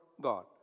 God